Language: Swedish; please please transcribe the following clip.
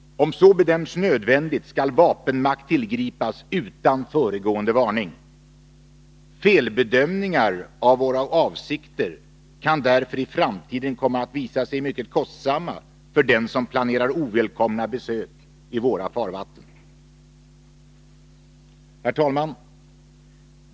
Om så bedöms nödvändigt skall vapenmakt tillgripas utan föregående varning. Felbedömningar av våra avsikter kan därför i framtiden komma att visa sig mycket kostsamma för den som planerar ovälkomna besök i våra farvatten. Herr talman!